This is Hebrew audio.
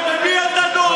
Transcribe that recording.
למי אתה דואג?